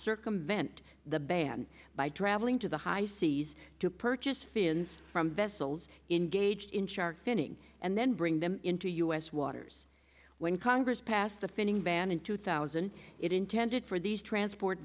circumvent the ban by traveling to the high seas to purchase fins from vessels in gaijin shark finning and then bring them into u s waters when congress passed the finning ban in two thousand it intended for these transport